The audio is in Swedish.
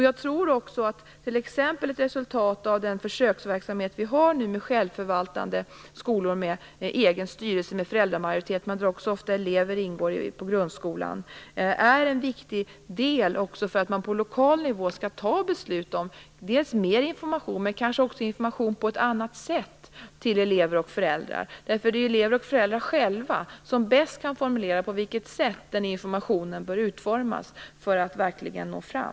Jag tror också att ett resultat av den nuvarande försöksverksamheten med självförvaltande skolor med egen styrelse med föräldramajoritet, där även elever ofta ingår i grundskolan, är en viktig del för att man också på lokal nivå skall fatta beslut om mer information men kanske också om information till elever och föräldrar på ett annat sätt. Det är ju elever och föräldrar själva som bäst kan formulera på vilket sätt informationen bör utformas för att verkligen nå fram.